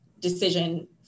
decision